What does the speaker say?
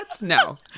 No